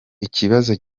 ikibazo